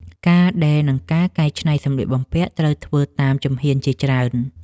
ការដេរ និងការកែច្នៃសម្លៀកបំពាក់ត្រូវធ្វើតាមជំហានជាច្រើន។